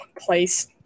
place